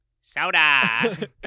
soda